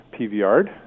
PVR'd